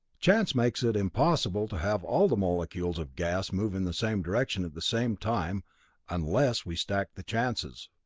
chance makes it impossible to have all the molecules of gas move in the same direction at the same time unless we stack the chances.